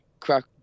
crack